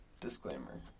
disclaimer